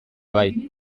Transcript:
bai